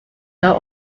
now